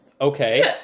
Okay